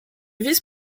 vice